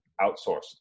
outsourced